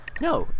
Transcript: no